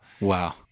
Wow